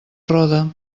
roda